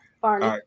Barney